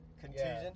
contusion